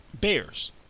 Bears